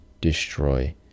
destroy